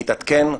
מתעדכן,